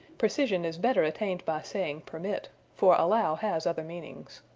precision is better attained by saying permit, for allow has other meanings.